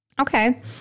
Okay